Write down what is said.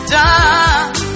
done